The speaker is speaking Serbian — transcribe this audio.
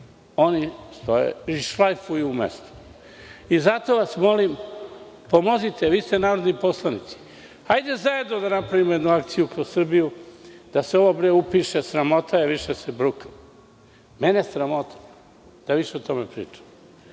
oni šlajfuju u mestu. Zato vas molim – pomozite. Vi ste narodni poslanici. Hajde zajedno da napravimo jednu akciju kroz Srbiju, da se ovo sve upiše. Sramota je više da se brukamo. Sramota je da više o tome pričamo.